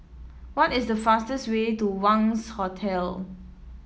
what is the fastest way to Wangz Hotel